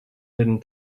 hidden